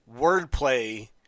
wordplay